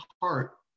heart